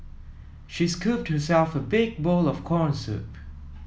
she scooped herself a big bowl of corn soup